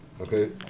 okay